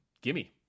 gimme